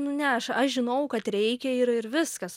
nu ne aš aš žinojau kad reikia ir ir viskas